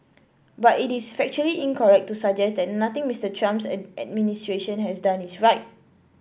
but it is factually incorrect to suggest that nothing Mr Trump's administration has done is right